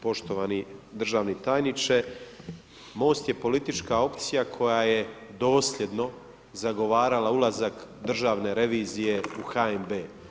Poštovani državni državniče, MOST je politička opcija koja je dosljedno zagovarala ulazak Državne revizije u HNB.